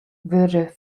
wurde